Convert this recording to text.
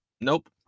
nope